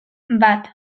bat